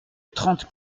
trente